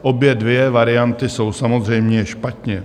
Obě dvě varianty jsou samozřejmě špatně.